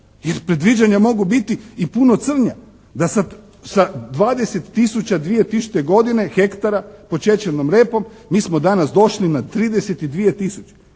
Jer predviđanja mogu biti i puno crnja da sad sa 20 000 dvije tisućite godine hektara pod šećernom repom mi smo danas došli na 32 000.